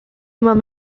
mam